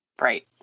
Right